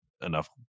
enough